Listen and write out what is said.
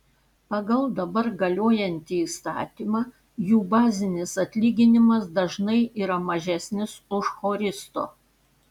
pagal dabar galiojantį įstatymą jų bazinis atlyginimas dažnai yra mažesnis už choristo